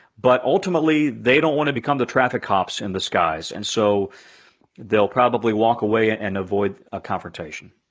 but ultimately, they don't want to become the traffic cops in the skies. and so they'll probably walk away and avoid a confrontation.